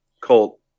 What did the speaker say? Colt